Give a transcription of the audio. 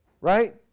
right